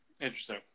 Interesting